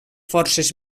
forces